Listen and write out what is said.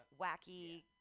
wacky